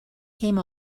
came